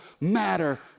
matter